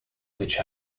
which